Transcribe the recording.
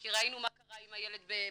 כי ראינו מה קרה עם הילד באשדוד,